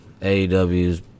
AEW's